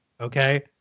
Okay